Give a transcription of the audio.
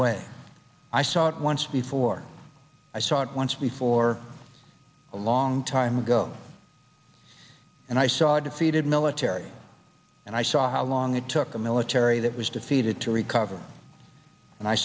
way i saw it once before i saw it once before a long time ago and i saw defeated military and i saw how long it took a military that was defeated to recover and i